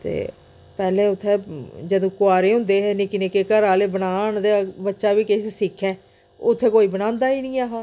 ते पैह्ले उत्थै जंदू कुआरे होंदे हे निक्के निक्के घरा आह्ले बनान ते जे बच्चा बी किश सिक्खै उत्थैं ते कोई बनांदा ई निहा